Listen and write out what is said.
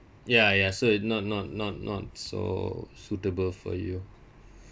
ya ya so it not not not not so suitable for you